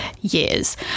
years